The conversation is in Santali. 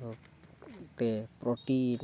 ᱫᱚ ᱛᱮ ᱯᱨᱳᱴᱤᱱ